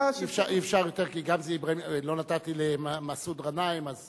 אי-אפשר יותר, כי גם לא נתתי למסעוד גנאים, אז